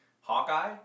Hawkeye